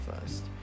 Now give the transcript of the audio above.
first